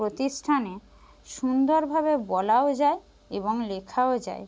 প্রতিষ্ঠানে সুন্দরভাবে বলাও যায় এবং লেখাও যায়